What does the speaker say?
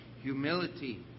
humility